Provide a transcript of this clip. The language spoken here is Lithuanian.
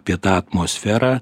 apie tą atmosferą